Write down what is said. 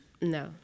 No